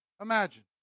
imagine